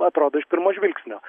atrodo iš pirmo žvilgsnio